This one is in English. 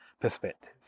perspective